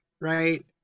right